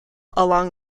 along